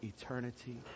eternity